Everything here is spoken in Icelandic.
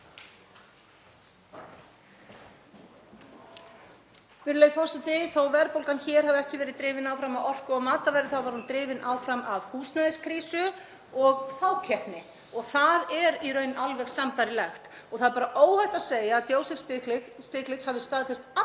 Virðulegur forseti. Þó að verðbólgan hér hafi ekki verið drifin áfram af orku- og matarverði þá var hún drifin áfram af húsnæðiskrísu og fákeppni og það er í raun alveg sambærilegt. Það er óhætt að segja að Joseph Stiglitz hafi staðfest allan